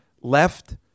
left